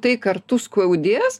tai kartu skaudės